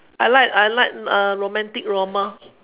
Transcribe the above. I like I like romantic drama